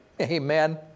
Amen